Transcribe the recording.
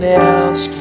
else